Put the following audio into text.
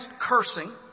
cursing